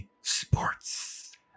Sports